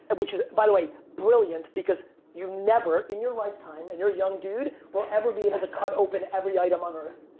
and which is by the way brilliant. because you never, in your lifetime, and you're a young dude, will ever be able to cut open every item on earth.